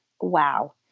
wow